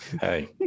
hey